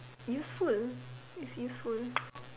useful it's useful